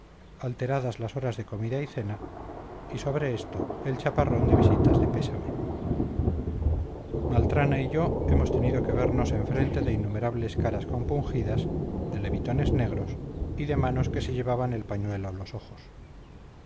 alteradas las horas de comida y cena y sobre esto el chaparrón de visitas de pésame maltrana y yo hemos tenido que vernos enfrente de innumerables caras compungidas de levitones negros y de manos que se llevaban el pañuelo a los ojos